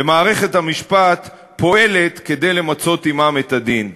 ומערכת המשפט פועלת כדי למצות עמם את הדין.